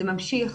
זה ממשיך,